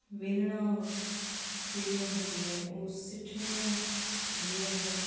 ਮੇਲਣਾਂ ਜਿਹੜੀਆਂ ਹੈਗੀਆਂ ਨੇ ਉਹ ਸਿੱਠਣੀਆਂ ਦਿੰਦੀਆਂ ਹਨ